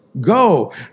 go